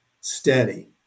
steady